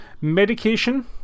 Medication